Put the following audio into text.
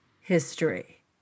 history